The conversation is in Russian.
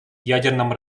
ядерном